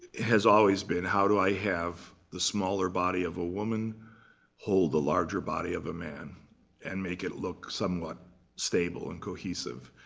has always been, how do i have the smaller body of a woman hold the larger body of a man and make it look somewhat stable and cohesive.